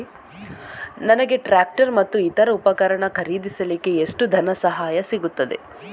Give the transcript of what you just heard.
ನನಗೆ ಟ್ರ್ಯಾಕ್ಟರ್ ಮತ್ತು ಇತರ ಉಪಕರಣ ಖರೀದಿಸಲಿಕ್ಕೆ ಎಷ್ಟು ಧನಸಹಾಯ ಸಿಗುತ್ತದೆ?